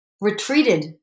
retreated